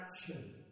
action